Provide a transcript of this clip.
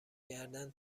کردن